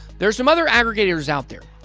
there's some other aggregators out there.